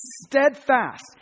steadfast